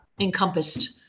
encompassed